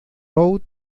road